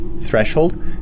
threshold